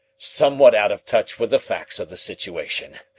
somewhat out of touch with the facts of the situation,